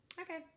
Okay